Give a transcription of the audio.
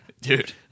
Dude